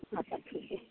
हाँ सब ठीक है